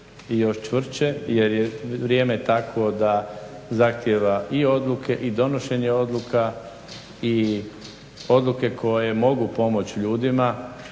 i još čvršće jer je vrijeme takvo da zahtjeva i odluke i donošenje odluka i odluke koje mogu pomoći ljudima